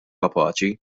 kapaċi